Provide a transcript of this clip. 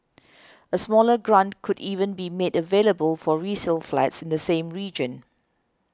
a smaller grant could even be made available for resale flats in the same region